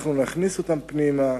אנחנו נכניס אותם פנימה,